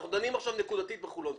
אנחנו דנים עכשיו נקודתית בחולון.